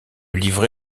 livret